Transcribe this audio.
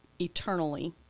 eternally